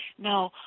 No